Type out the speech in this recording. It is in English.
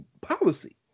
policy